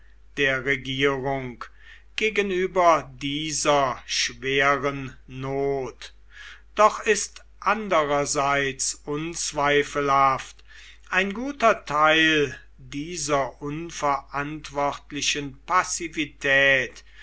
der regierung gegenüber dieser schweren not doch ist andererseits unzweifelhaft ein guter teil dieser unverantwortlichen passivität